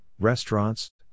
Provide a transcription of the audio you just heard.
restaurants